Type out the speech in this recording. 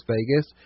Vegas